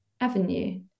avenue